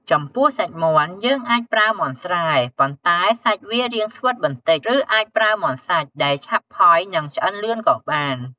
ចំពោះសាច់មាន់ យើងអាចប្រើមាន់ស្រែ ប៉ុន្តែសាច់វារាងស្វិតបន្តិច ឬអាចប្រើមាន់សាច់ ដែលឆាប់ផុយ និងឆ្អិនលឿនក៏បាន។